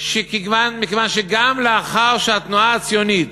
מכיוון שגם לאחר שהתנועה הציונית,